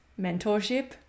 mentorship